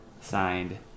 Signed